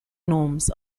norms